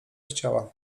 chciała